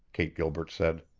kate gilbert said.